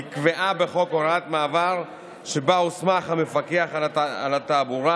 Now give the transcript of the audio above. נקבעה בחוק הוראת מעבר שבה הוסמך המפקח על התעבורה